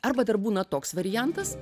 arba dar būna toks variantas